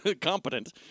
competent